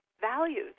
values